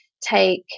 take